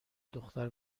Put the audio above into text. دختر